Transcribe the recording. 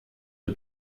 der